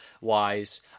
wise